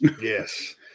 Yes